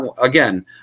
again